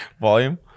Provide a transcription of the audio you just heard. Volume